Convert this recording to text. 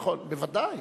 נכון, בוודאי.